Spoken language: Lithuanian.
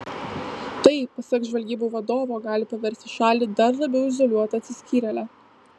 tai pasak žvalgybų vadovo gali paversti šalį dar labiau izoliuota atsiskyrėle